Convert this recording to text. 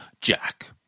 jack